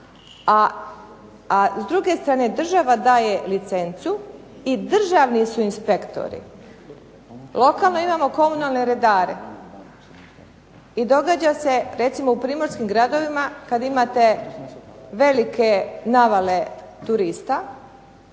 a s druge strane država daje licencu i državni su inspektori. Lokalno imamo komunalne redare i događa se recimo u primorskim gradovima kada imate velike navale turista,